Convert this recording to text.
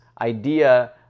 idea